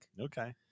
Okay